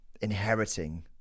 inheriting